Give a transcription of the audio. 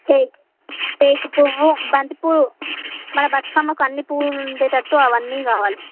టే టేకు పువ్వు బంతి పువ్వు మన బతుకమ్మకు అన్ని పువ్వులూ ఉండేటట్టు అవన్నీ కావాలి